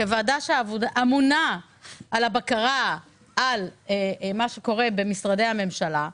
כוועדה שאמונה על הבקרה על מה שקורה במשרדי הממשלה,